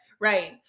Right